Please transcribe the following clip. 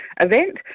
event